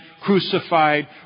crucified